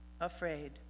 afraid